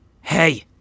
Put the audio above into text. Hey